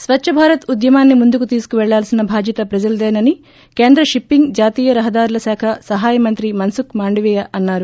స్వచ్చ భారత్ ఉద్వమాన్ని ముందుకు తీసుకు వెళ్చవలసిన బాధ్యత ప్రజలదేనని కేంద్ర షిప్పింగ్ జాతీయ రహదారుల శాఖ సహాయ మంత్రి మన్సుఖ్ మాండవీయ అన్నారు